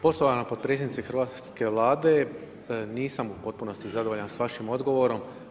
Poštovana potpredsjednice Hrvatske vlade, nisam u potpunosti zadovoljan s vašim odgovorom.